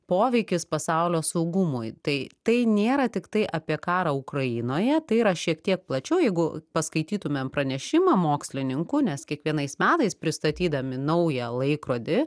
poveikis pasaulio saugumui tai tai nėra tiktai apie karą ukrainoje tai yra šiek tiek plačiau jeigu paskaitytumėm pranešimą mokslininkų nes kiekvienais metais pristatydami naują laikrodį